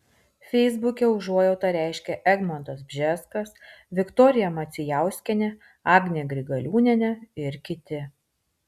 feisbuke užuojautą reiškia egmontas bžeskas viktorija macijauskienė agnė grigaliūnienė ir kiti